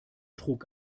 trug